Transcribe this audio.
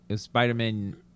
Spider-Man